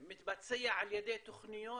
להתבצע על ידי תוכניות